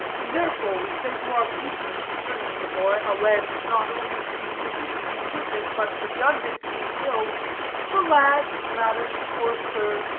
and, therefore, we say to our patrons returning with a boy alleged not only to be deficient in goodness, but redundant in ill the lad, madam or sir,